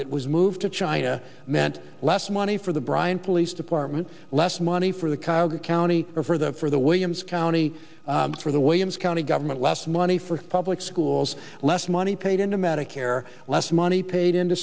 that was moved to china meant less money for the bryan police department less money for the car the county for the for the williams county for the way in scone a government less money for public schools less money paid into medicare less money paid into